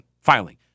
filing